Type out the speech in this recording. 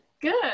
Good